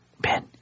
Ben